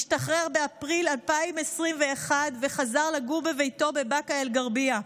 השתחרר באפריל 2021 וחזר לגור בביתו בבאקה אל-גרבייה,